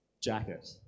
jacket